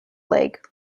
leg